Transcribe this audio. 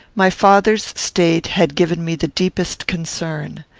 my father's state had given me the deepest concern.